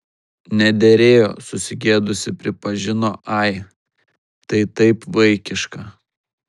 nederėjo susigėdusi pripažino ai tai taip vaikiška